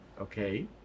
okay